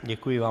Děkuji vám.